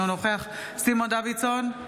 אינו נוכח סימון דוידסון,